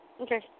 Okay